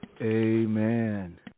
Amen